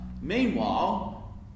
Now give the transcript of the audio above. Meanwhile